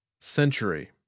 Century